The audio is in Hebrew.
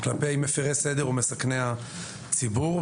מפרי סדר ומסכני הציבור,